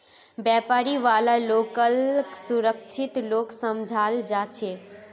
व्यापारी वाला लोनक सुरक्षित लोन समझाल जा छे